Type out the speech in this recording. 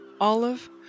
olive